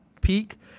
peak